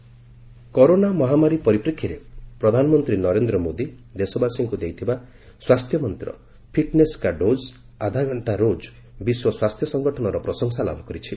ହୁ fitness କା dose corona ମହାମାରୀ ପରିପ୍ରେକ୍ଷୀରେ ପ୍ରଧାନମନ୍ତ୍ରୀ ନରେନ୍ଦ୍ର ମୋଦି ଦେଶବାସୀଙ୍କୁ ଦେଇଥିବା ସ୍ୱାସ୍ଥ୍ୟମନ୍ତ 'ଫିଟନେସ୍କା ଡୋକ ଆଧାଘଣ୍ଟା ରୋଜ' ବିଶ୍ୱ ସ୍ୱାସ୍ଥ୍ୟ ସଂଗଠନର ପ୍ରଶଂସା ଲାଭ କରିଛି